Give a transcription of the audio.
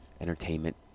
entertainment